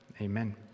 Amen